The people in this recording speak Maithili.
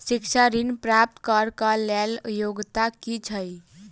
शिक्षा ऋण प्राप्त करऽ कऽ लेल योग्यता की छई?